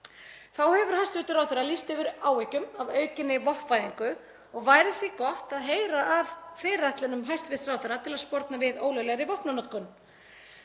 Þá hefur hæstv. ráðherra lýst yfir áhyggjum af aukinni vopnavæðingu og væri því gott að heyra af fyrirætlunum hæstv. ráðherra til að sporna við ólöglegri vopnanotkun.